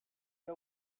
der